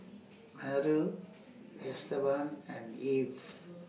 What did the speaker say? Merl Esteban and Eve